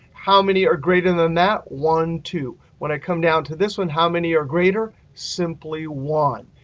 how many are greater than that? one, two. when i come down to this one, how many are greater? simply one.